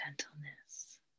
gentleness